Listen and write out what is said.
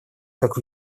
как